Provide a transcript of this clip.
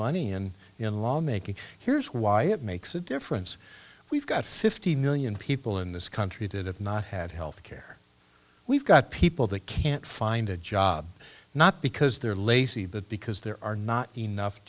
money and in law making here's why it makes a difference we've got fifty million people in this country did it not have health care we've got people that can't find a job not because they're lazy but because there are not enough